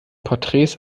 porträts